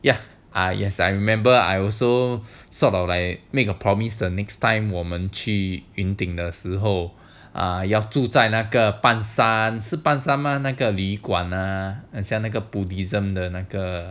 ya ah yes I remember I also sort of like make a promise that next time 我们去云顶的时候要住在那个半山是半山那个旅馆那 buddhism 的那个